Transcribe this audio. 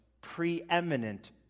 preeminent